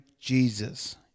Jesus